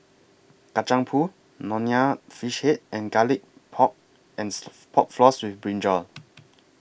Kacang Pool Nonya Fish Head and Garlic Pork and Pork Floss with Brinjal